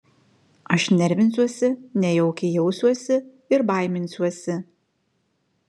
aš nervinsiuosi nejaukiai jausiuosi ir baiminsiuosi